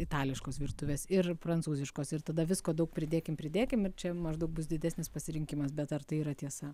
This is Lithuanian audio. itališkos virtuvės ir prancūziškos ir tada visko daug pridėkim pridėkim ir čia maždaug bus didesnis pasirinkimas bet ar tai yra tiesa